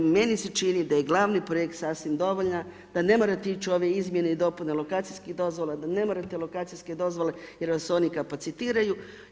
Meni se čini da je gl. projekt sasvim dovoljna, da ne morate ići u ove izmjene i dopune, lokacijskih dozvola, da ne morate lokacijske dozvole, jer vam se oni kapacitiraju.